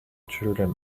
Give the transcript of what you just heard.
children